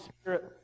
Spirit